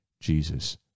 Jesus